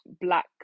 black